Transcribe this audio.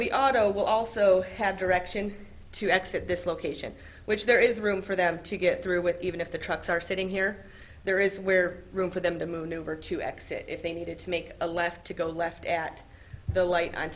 the auto will also have direction to exit this location which there is room for them to get through with even if the trucks are sitting here there is where room for them to move over to exit if they needed to make a left to go left at the light on